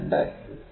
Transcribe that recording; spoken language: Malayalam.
19 5